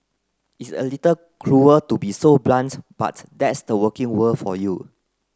it's a little cruel to be so blunt but that's the working world for you